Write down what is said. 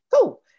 cool